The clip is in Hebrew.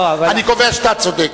אני קובע שאתה צודק.